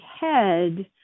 head